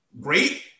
great